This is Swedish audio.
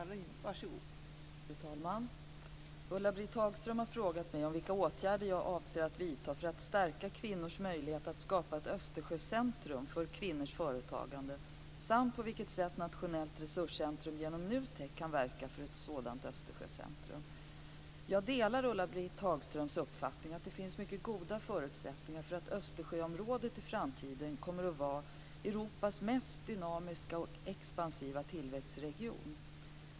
Fru talman! Ulla-Britt Hagström har frågat mig vilka åtgärder jag avser att vidta för att stärka kvinnors möjlighet att skapa ett Östersjöcentrum för kvinnors företagande samt på vilket sätt Nationellt resurscentrum genom NUTEK kan verka för ett sådant Jag delar Ulla-Britt Hagströms uppfattning att det finns mycket goda förutsättningar för att Östersjöområdet i framtiden kommer att vara Europas mest dynamiska och expansiva tillväxtregion.